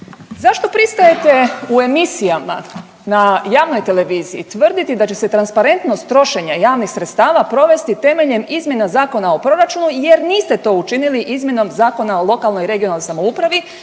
Zašto pristajete u emisijama, na javnoj televiziji, tvrditi da će se transparentnost trošenja javnih sredstava provesti temeljem izmjena zakona o proračunu jer niste to učinili izmjenom Zakona o lokalnoj i regionalnoj samoupravi,